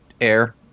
air